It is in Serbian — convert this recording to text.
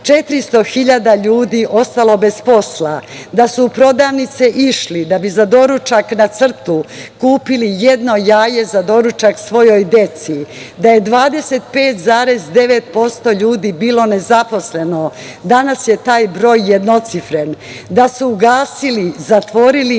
400.000 ljudi ostalo bez posla, da su u prodavnice išli da bi za doručak na crtu kupili jedno jaje za doručak svojoj deci, da je 25,9% ljudi bilo nezaposleno. Danas je taj broj jednocifren. Da su ugasili, zatvorili